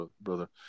brother